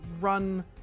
run